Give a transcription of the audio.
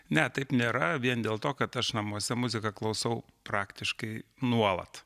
ne taip nėra vien dėl to kad aš namuose muziką klausau praktiškai nuolat